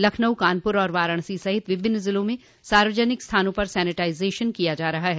लखनऊ कानपुर और वाराणसी सहित विभिन्न जिलों में सार्वजनिक स्थानों पर सैनेटाइजेशन किया जा रहा है